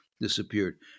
disappeared